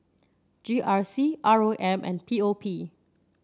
G R C R O M and P O P